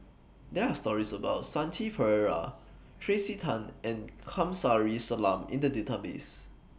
There Are stories about Shanti Pereira Tracey Tan and Kamsari Salam in The Database